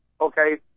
okay